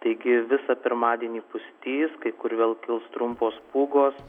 taigi visą pirmadienį pustys kai kur vėl kils trumpos pūgos